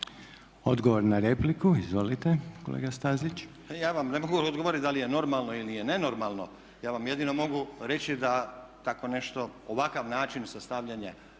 Odgovor na repliku, izvolite kolega Stazić. **Stazić, Nenad (SDP)** Pa ja vam ne mogu odgovoriti da li je normalno ili je nenormalno. Ja vam jedino mogu reći da tako nešto, ovakav način sastavljanja